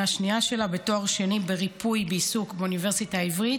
השנייה שלה בתואר שני בריפוי בעיסוק באוניברסיטה העברית,